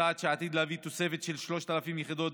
צעד שעתיד להביא לתוספת של כ-3,000 יחידות